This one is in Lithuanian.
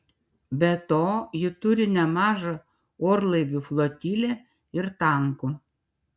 be to ji turi nemažą orlaivių flotilę ir tankų